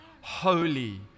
Holy